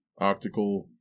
Octical